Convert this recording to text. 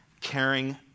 caring